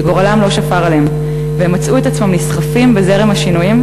שגורלם לא שפר עליהם והם מצאו את עצמם נסחפים בזרם השינויים,